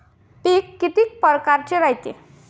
पिकं किती परकारचे रायते?